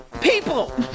People